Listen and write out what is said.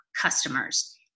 customers